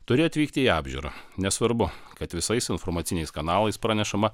turi atvykti į apžiūrą nesvarbu kad visais informaciniais kanalais pranešama